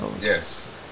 Yes